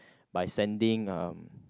by sending uh